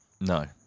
No